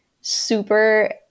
super